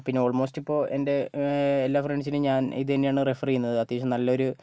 പിന്നെ ഓൾമോസ്റ്റ് ഇപ്പോൾ എൻ്റെ എല്ലാ ഫ്രണ്ട്സിന് ഞാൻ ഇത് തന്നെയാണ് റെഫർ ചെയ്യുന്നത് അത്യാവശ്യം നല്ലൊരു